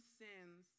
sins